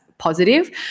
positive